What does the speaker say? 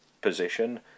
position